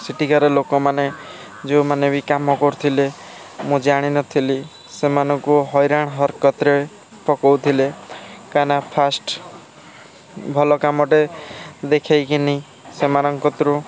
ସେଠିକାର ଲୋକମାନେ ଯେଉଁମାନେ ବି କାମ କରୁଥିଲେ ମୁଁ ଜାଣିନଥିଲି ସେମାନଙ୍କୁ ହଇରାଣ ହରକତରେ ପକଉଥିଲେ କାହିଁକି ନା ଫାଷ୍ଟ୍ ଭଲ କାମଟେ ଦେଖେଇକିନି ସେମାନଙ୍କ କତରୁ